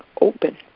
open